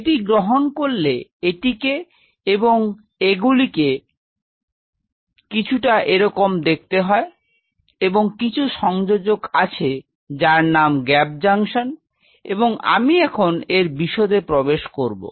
এটি গ্রহন করলে এটিকে এবং এগুলিকে Refer Time 0233 কিছুটা এরকম দেখতে হয় এবং কিছু সংযোজক আছে যার নাম গ্যাপ জংশন এবং আমি এখন এর বিশদে প্রবেশ করব